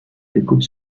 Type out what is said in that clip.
découpe